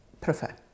prefer